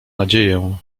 nadzieję